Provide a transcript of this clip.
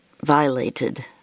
violated